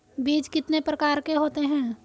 बीज कितने प्रकार के होते हैं?